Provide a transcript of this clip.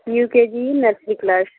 you K G nursery class